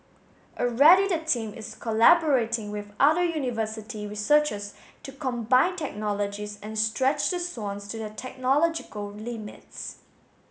already the team is collaborating with other university researchers to combine technologies and stretch the swans to their technological limits